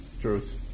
Truth